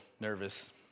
nervous